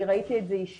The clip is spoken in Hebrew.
אני ראיתי את זה אישית,